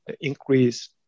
increase